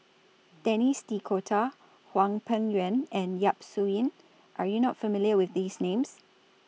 Denis D'Cotta Hwang Peng Yuan and Yap Su Yin Are YOU not familiar with These Names